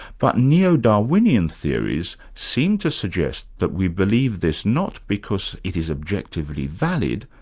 but neo-darwinian theories seem to suggest that we believe this not because it is objectively valid,